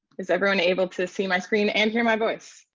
is everyone able to see my screen and hear my voice.